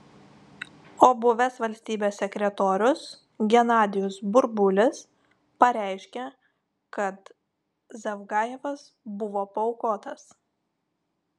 o buvęs valstybės sekretorius genadijus burbulis pareiškė kad zavgajevas buvo paaukotas